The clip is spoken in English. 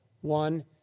one